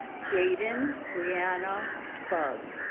jaedyn brianna bugg